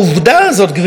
גברתי,